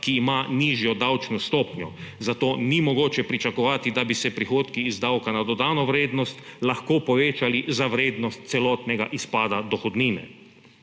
ki ima nižjo davčno stopnjo, zato ni mogoče pričakovati, da bi se prihodki iz davka na dodano vrednost lahko povečali za vrednost celotnega izpada dohodnine.